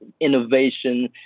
innovation